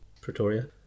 Pretoria